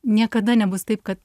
niekada nebus taip kad